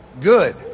good